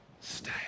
stay